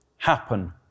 happen